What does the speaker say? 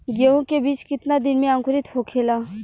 गेहूँ के बिज कितना दिन में अंकुरित होखेला?